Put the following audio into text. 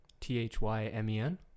T-H-Y-M-E-N